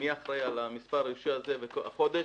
מי אחראי על מספר הרישוי הזה והחודש,